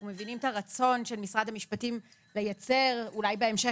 אנחנו מבינים את הרצון של משרד המשפטים לייצר אולי בהמשך